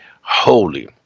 holy